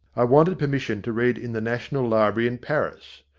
i wanted permission to read in the national library in paris.